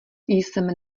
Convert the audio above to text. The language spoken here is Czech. jsem